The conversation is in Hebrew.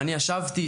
אני גם ישבתי,